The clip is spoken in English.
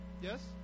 Yes